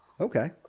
okay